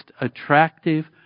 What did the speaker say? attractive